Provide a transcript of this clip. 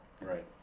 Right